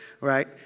Right